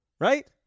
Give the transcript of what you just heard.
right